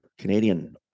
canadian